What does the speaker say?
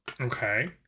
Okay